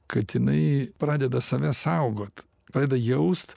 kad jinai pradeda save saugot pradeda jaust